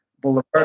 Boulevard